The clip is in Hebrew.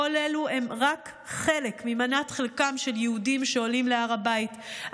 כל אלו הם רק חלק ממנת חלקם של יהודים שעולים להר הבית.